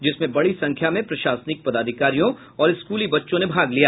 जिसमें बड़ी संख्या में प्रशासनिक पदाधिकारियों और स्कूली बच्चों ने भाग लिया